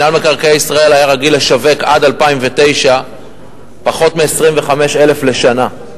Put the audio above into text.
מינהל מקרקעי ישראל היה רגיל לשווק עד 2009 פחות מ-25,000 לשנה.